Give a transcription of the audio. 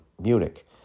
Munich